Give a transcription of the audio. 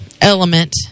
element